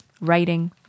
writing